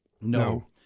No